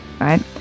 right